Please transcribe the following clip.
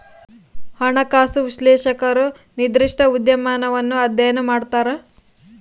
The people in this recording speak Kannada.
ಹಣಕಾಸು ವಿಶ್ಲೇಷಕರು ನಿರ್ದಿಷ್ಟ ಉದ್ಯಮವನ್ನು ಅಧ್ಯಯನ ಮಾಡ್ತರ